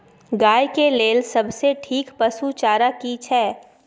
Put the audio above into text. गाय के लेल सबसे ठीक पसु चारा की छै?